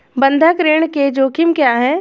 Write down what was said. बंधक ऋण के जोखिम क्या हैं?